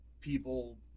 people